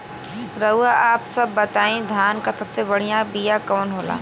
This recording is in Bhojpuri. रउआ आप सब बताई धान क सबसे बढ़ियां बिया कवन होला?